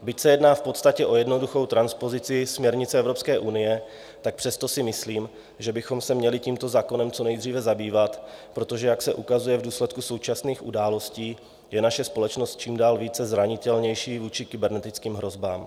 Byť se jedná v podstatě o jednoduchou transpozici směrnice Evropské unie, přesto si myslím, že bychom se měli tímto zákonem co nejdříve zabývat, protože jak se ukazuje v důsledku současných událostí, je naše společnost čím dál více zranitelná vůči kybernetickým hrozbám.